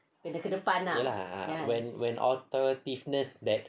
ya lah ah when authoritative-ness then